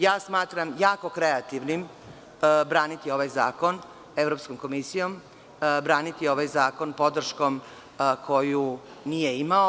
Ja smatram jako kreativnim braniti ovaj zakon Evropskom komisijom, braniti ovaj zakon podrškom koju nije imao.